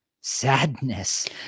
sadness